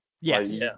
Yes